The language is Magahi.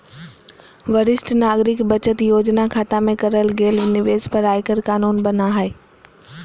वरिष्ठ नागरिक बचत योजना खता में करल गेल निवेश पर आयकर कानून बना हइ